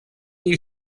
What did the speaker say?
you